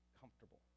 comfortable